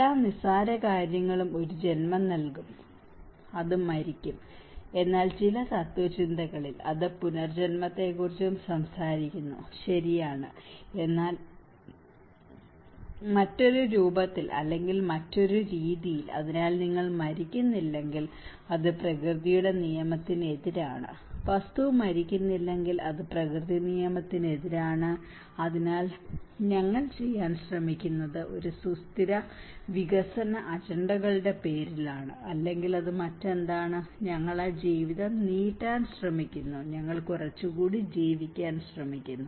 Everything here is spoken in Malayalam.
എല്ലാ നിസ്സാര കാര്യങ്ങളും ഒരു ജന്മം നൽകും അത് മരിക്കും എന്നാൽ ചില തത്ത്വചിന്തകളിൽ അത് പുനർജന്മത്തെക്കുറിച്ചും സംസാരിക്കുന്നു ശരിയാണ് എന്നാൽ മറ്റൊരു രൂപത്തിൽ അല്ലെങ്കിൽ മറ്റൊരു രീതിയിൽ അതിനാൽ നിങ്ങൾ മരിക്കുന്നില്ലെങ്കിൽ അത് പ്രകൃതിയുടെ നിയമത്തിന് എതിരാണ് വസ്തു മരിക്കുന്നില്ലെങ്കിൽ അത് പ്രകൃതി നിയമത്തിന് എതിരാണ് അതിനാൽ ഞങ്ങൾ ചെയ്യാൻ ശ്രമിക്കുന്നത് ഒരു സുസ്ഥിര വികസന അജണ്ടകളുടെ പേരിലാണ് അല്ലെങ്കിൽ അത് മറ്റെന്താണ് ഞങ്ങൾ ആ ജീവിതം നീട്ടാൻ ശ്രമിക്കുന്നു ഞങ്ങൾ കുറച്ചുകൂടി ജീവിക്കാൻ ശ്രമിക്കുന്നു